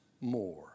more